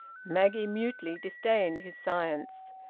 maggie mutely disdained his science.